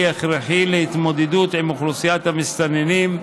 הכרחי להתמודדות עם אוכלוסיית המסתננים,